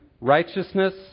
righteousness